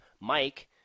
Mike